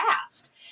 past